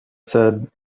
said